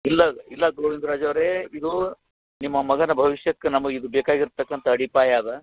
ಇಲ್ಲ ಇಲ್ಲ ಗೋವಿಂದರಾಜ್ ಅವರೇ ಇದು ನಿಮ್ಮ ಮಗನ ಭವಿಷ್ಯಕ್ಕೆ ನಮ್ಗೆ ಇದು ಬೇಕಾಗಿರತಕ್ಕಂಥ ಅಡಿಪಾಯ ಅದ